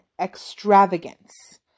extravagance